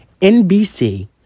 NBC